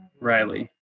Riley